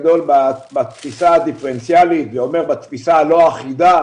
אני מאמין גדול בתפיסה הדיפרנציאלית שזה אומר בתפיסה הלא אחידה.